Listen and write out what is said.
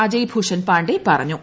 അജയ് ഭൂഷൺ പാണ്ഡെ പറഞ്ഞു